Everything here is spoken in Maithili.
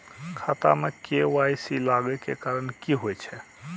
खाता मे के.वाई.सी लागै के कारण की होय छै?